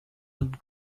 that